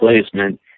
placement